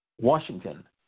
Washington